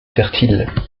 fertile